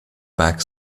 back